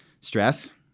Stress